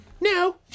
No